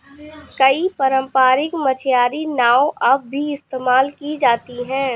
कई पारम्परिक मछियारी नाव अब भी इस्तेमाल की जाती है